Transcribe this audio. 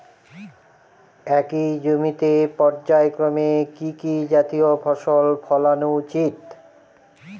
একই জমিতে পর্যায়ক্রমে কি কি জাতীয় ফসল ফলানো উচিৎ?